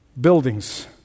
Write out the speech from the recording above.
buildings